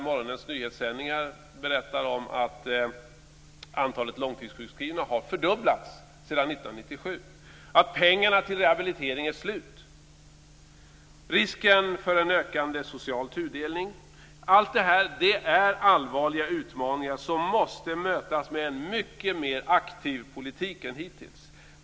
Morgonens nyhetssändningar berättar om att antalet långtidssjukskrivna har fördubblats sedan 1997 och att pengarna till rehabilitering är slut. Här finns också risken för en ökande social tudelning. Allt detta är allvarliga utmaningar som måste mötas med en mycket mer aktiv politik än hittills.